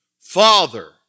Father